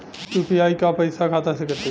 UPI क पैसा खाता से कटी?